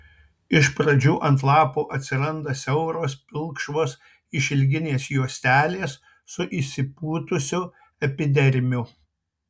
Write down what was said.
iš pradžių ant lapų atsiranda siauros pilkšvos išilginės juostelės su išsipūtusiu epidermiu